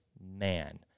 man